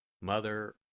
Mother